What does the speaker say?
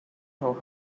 how